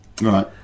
Right